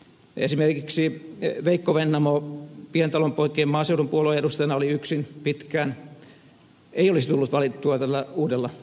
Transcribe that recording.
esimerkiksi veikko vennamo pientalonpoikien maaseudun puolueen edustajana oli yksin pitkään eikä olisi tullut valittua tällä uudella mallilla